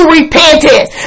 repentance